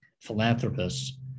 philanthropists